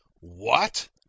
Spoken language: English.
What